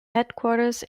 headquarters